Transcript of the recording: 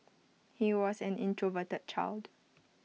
he was an introverted child